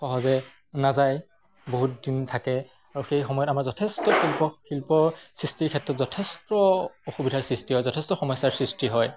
সহজে নাযায় বহুত দিন থাকে আৰু সেই সময়ত আমাৰ যথেষ্ট শিল্প শিল্প সৃষ্টিৰ ক্ষেত্ৰত যথেষ্ট অসুবিধাৰ সৃষ্টি হয় যথেষ্ট সমস্যাৰ সৃষ্টি হয়